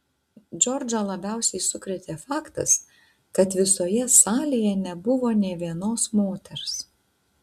džordžą labiausiai sukrėtė faktas kad visoje salėje nebuvo nė vienos moters